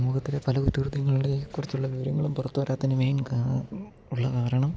സമൂഹത്തിലെ പല കുറ്റകൃത്ത്യങ്ങളുടെ കുറിച്ചുള്ള വിവരങ്ങളും പുറത്തു വരാത്തതിന് മെയിൻ കാരണം ഉള്ള കാരണം